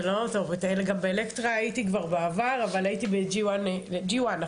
גם באלקטרה הייתי כבר בעבר, אבל הייתי ב- G1 נכון?